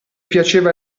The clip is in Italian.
piaceva